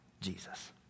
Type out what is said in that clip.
Jesus